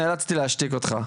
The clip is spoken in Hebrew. נאלצי להשתיק אותך,